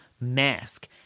mask